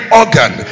organ